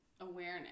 Awareness